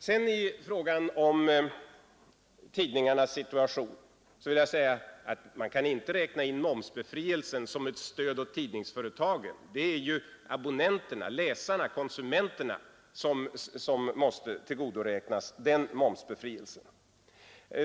Vad sedan tidningarnas situation beträffar vill jag säga att man kan inte räkna in momsbefrielsen som ett stöd åt tidningsföretagen. Det är ju abonnenterna, läsarna, konsumenterna som måste tillgodoräknas den befrielsen.